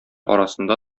арасында